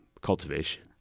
cultivation